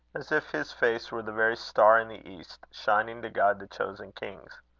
as if his face were the very star in the east, shining to guide the chosen kings.